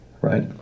right